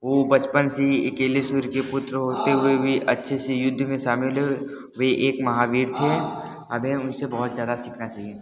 वो बचपन से अकेले सूर्य के पुत्र होते हुए भी अच्छे से युद्ध में शामिल हुए वे एक महावीर थे हमें उनसे बहुत ज्यादा सीखना चाहिए